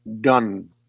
done